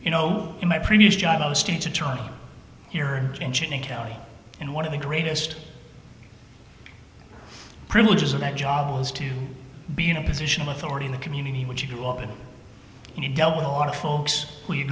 you know in my previous job the state's attorney here in china kelly and one of the greatest privileges of that job was to be in a position of authority in the community which you grew up in and you dealt with a lot of folks who you